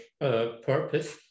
purpose